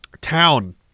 town